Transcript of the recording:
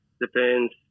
depends